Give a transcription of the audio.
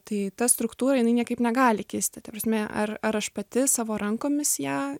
tai ta struktūra jinai niekaip negali kisti ta prasme ar ar aš pati savo rankomis ją